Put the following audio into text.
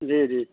جی جی